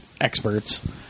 experts